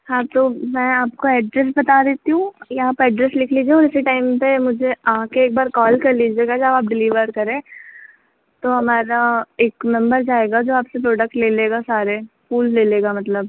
हाँ तो मैं आपको एड्रैस बता देती हूँ यहाँ का एड्रैस लिख लीजिए उसी टाइम पर मुझे आकर एक बार कॉल कर लीजिएगा जब आप डिलीवर करें तो हमारा एक मेम्बर जाएगा जो आपसे प्रोडक्ट ले लेगा सारे फूल ले लेगा मतलब